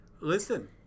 listen